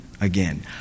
again